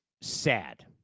sad